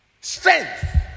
strength